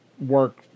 work